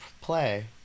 play